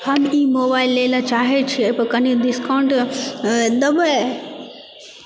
हम ई मोबाइल लए लऽ चाहै छिऐ ओहिपर कनी डिस्काउंट देबै